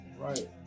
Right